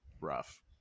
rough